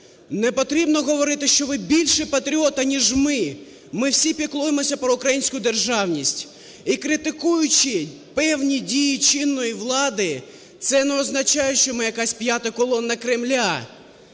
Не потрібно говорити, що ви більші патріоти, аніж ми. Ми всі піклуємося про українську державність, і критикуючи певні дії чинної влади, це не означає, що ми якась "п'ята колона Кремля".